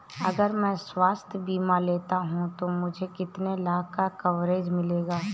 अगर मैं स्वास्थ्य बीमा लेता हूं तो मुझे कितने लाख का कवरेज मिलेगा?